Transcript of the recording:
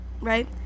right